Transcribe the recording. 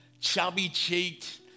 chubby-cheeked